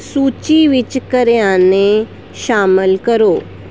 ਸੂਚੀ ਵਿੱਚ ਕਰਿਆਨੇ ਸ਼ਾਮਲ ਕਰੋ